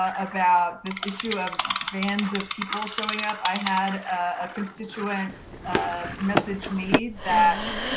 ah about this issue, of vans of people showing up. i had a constituents, message me, that's,